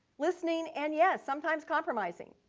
listening and, yes, sometimes compromising,